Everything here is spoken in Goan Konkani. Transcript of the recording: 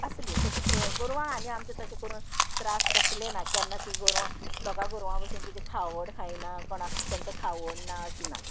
आसली तशी गोरवां आसा न्ही आमचे तशें करून त्रास कसले ना केन्ना ती गोरवां लोकां गोरवां भशेन कितें खावड खायना कोणाक तेंका खावड ना अशी ना